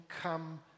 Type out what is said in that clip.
come